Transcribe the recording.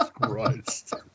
Christ